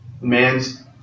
man's